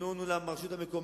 התכנון הוא בידי הרשות המקומית,